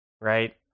right